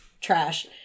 trash